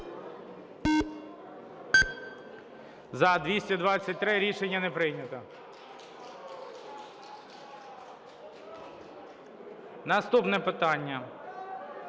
За-223 Рішення не прийнято. Наступне питання.